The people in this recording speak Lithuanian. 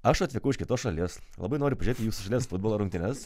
aš atvykau iš kitos šalies labai noriu pažiūrėti jūsų šalies futbolo rungtynes